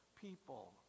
people